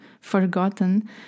forgotten